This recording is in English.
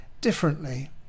differently